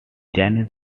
janis